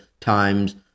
times